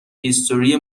هیستوری